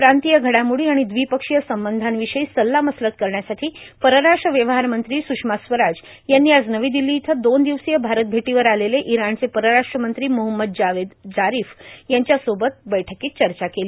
प्रांतिय घडामोडी आणि दवि पक्षिय संबंधा विषयी सल्ला मसलत करण्यासाठी परराष्ट्र व्यवहार मंत्री सृषमा स्वराज यांनी आज नवी दिल्ली इथं दोन दिवसीय भारत भेटीवर आलेले ईराणचे परराष्ट्र मंत्री मोहम्मद जावेद जारीफ यांच्या सोबत या बैठकित चर्चा केली